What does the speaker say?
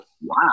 Wow